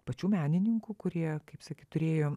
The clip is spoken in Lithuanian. pačių menininkų kurie kaip sakyt turėjo